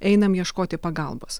einam ieškoti pagalbos